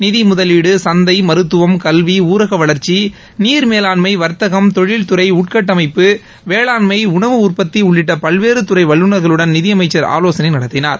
நிதி முதலீடு சந்தை மருத்துவம் கல்வி ஊரக வளரச்சி நீர் மேலாண்மை வர்த்தகம் தொழில் துறை உட்கட்டமைப்பு வேளாண்மை உணவு உற்பத்தி உள்ளிட்ட பல்வேறு துறை வல்லுநர்களுடன் நிதியமைச்சர் ஆலோசனை நடத்தினார்